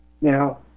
Now